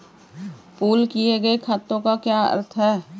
Pool किए गए खातों का क्या अर्थ है?